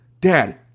Dad